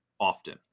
Often